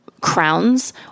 crowns